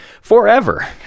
forever